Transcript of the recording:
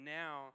now